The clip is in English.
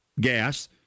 gas